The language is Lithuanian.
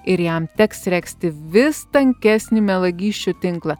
ir jam teks regzti vis tankesnį melagysčių tinklą